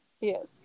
Yes